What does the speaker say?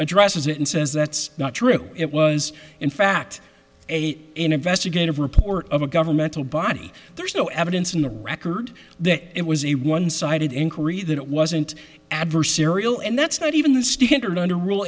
addresses it and says that's not true it was in fact a investigative report of a governmental body there's no evidence in the record that it was a one sided inquiry that it wasn't adversarial and that's but even the standard under ru